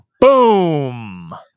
Boom